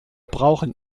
brauchen